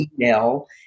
email